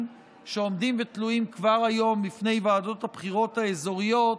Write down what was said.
שעומדים ותלויים כבר היום בפני ועדות הבחירות האזוריות,